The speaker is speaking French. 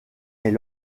est